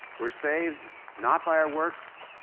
we're saved not by our works,